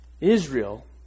Israel